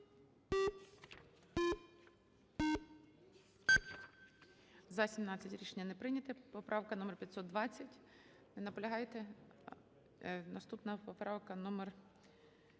За-17 Рішення не прийнято. Поправка номер 520. Не наполягаєте. Наступна поправка номер